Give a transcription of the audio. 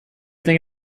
thing